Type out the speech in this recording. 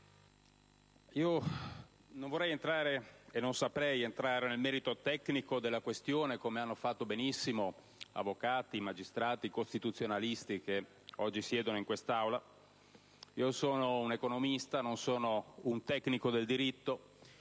non vorrei e non saprei entrare nel merito tecnico della questione come hanno fatto benissimo gli avvocati, i magistrati ed i costituzionalisti che oggi siedono in questa Aula. Io sono un economista, non sono un tecnico del diritto;